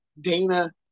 Dana